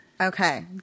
Okay